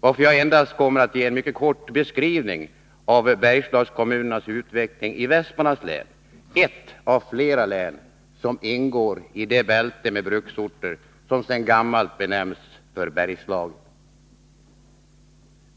varför jag endast kommer att ge en kort beskrivning av Bergslagskommunernas utveckling i Västmanlands län, ett av flera län som ingår i det bälte med bruksorter som sedan gammalt benämns Bergslagen.